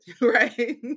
Right